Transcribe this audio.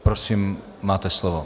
Prosím, máte slovo.